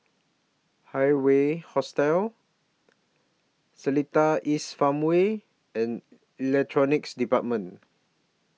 Hawaii Hostel Seletar East Farmway and Electronics department